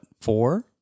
four